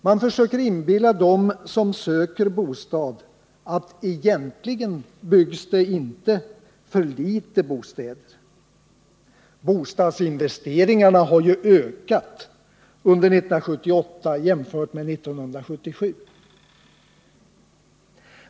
Man försöker inbilla dem som söker bostad att det egentligen inte byggs för litet bostäder — bostadsinvesteringarna har ju ökat under 1978 jämfört med 1977.